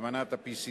אמנת ה-PCT.